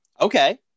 Okay